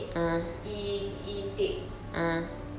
in in tape